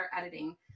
editing